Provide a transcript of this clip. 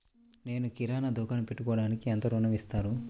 నేను కిరాణా దుకాణం పెట్టుకోడానికి ఎంత ఋణం ఇస్తారు?